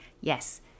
Yes